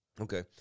Okay